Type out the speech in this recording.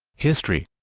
history